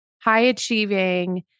high-achieving